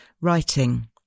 writing